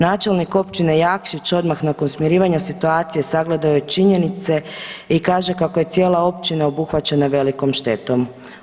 Načelnik općine Jakšić odmah nakon smirivanja situacije sagledao je činjenice i kaže kao je cijela općina obuhvaćena velikom štetom.